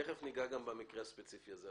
תיכף נגע גם במקרה הספציפי הזה,